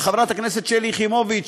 לחברת הכנסת שלי יחימוביץ,